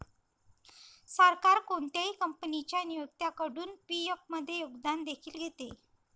सरकार कोणत्याही कंपनीच्या नियोक्त्याकडून पी.एफ मध्ये योगदान देखील घेते